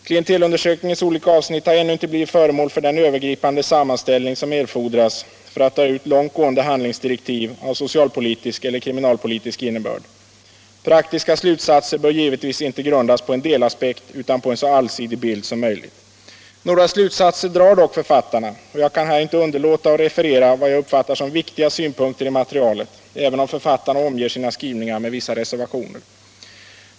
Klientelundersökningens olika avsnitt har ännu inte blivit föremål för den övergripande sammanställning som erfordras för att dra ut långt gående handlingsdirektiv av socialpolitisk eller kriminalpolitisk innebörd. Praktiska slutsatser bör givetvis inte grundas på en delaspekt utan på en så allsidig bild som möjligt. Några slutsatser drar dock författarna, och jag kan här inte underlåta att referera vad jag uppfattar som viktiga synpunkter i materialet, även om författarna omger sina skrivningar med vissa reservationer.